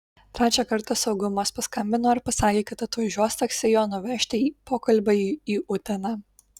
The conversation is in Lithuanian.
trečią kartą saugumas paskambino ir pasakė kad atvažiuos taksi jo nuvežti pokalbiui į uteną